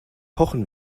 pochen